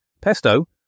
Pesto